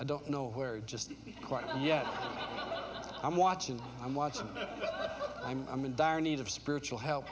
i don't know where just quite yet i'm watching i'm watching i'm i'm in dire need of spiritual help